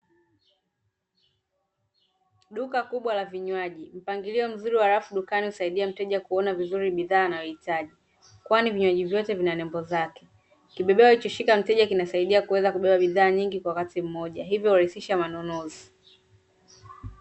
Duka kubwa la vinywaji. Mpangilio mzuri wa rafu dukani husaidia mteja kuona vizuri bidhaa anayoitaji kwani vinywaji vyote vina nembo zake. Kibebeo alichoshika mteja kinasaidia kuweza kubeba bidhaa nyingi kwa wakati mmoja hivyo urahisisha manunuzi.